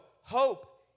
hope